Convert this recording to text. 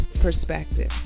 Perspective